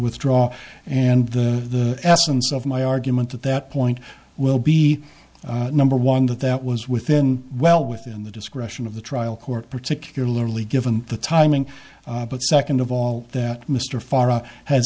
withdraw and the essence of my argument at that point will be number one that that was within well within the discretion of the trial court particularly given the timing but second of all that mr fara ha